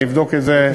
אני אבדוק את זה,